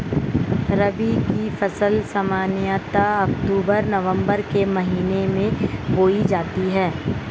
रबी की फ़सल सामान्यतः अक्तूबर नवम्बर के महीने में बोई जाती हैं